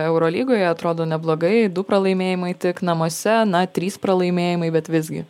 eurolygoje atrodo neblogai du pralaimėjimai tik namuose na trys pralaimėjimai bet visgi